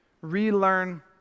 relearn